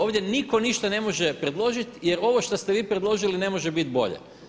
Ovdje nitko ništa ne može predložiti jer ovo što ste vi predložili ne može biti bolje.